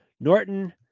Norton